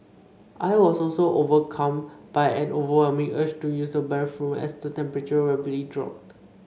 I was also overcome by an overwhelming urge to use the bathroom as the temperature rapidly dropped